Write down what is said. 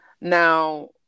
Now